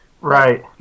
Right